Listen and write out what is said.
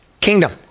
kingdom